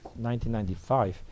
1995